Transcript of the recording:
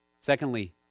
Secondly